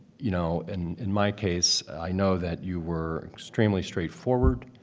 you know in in my case, i know that you were extremely straightforward,